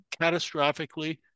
catastrophically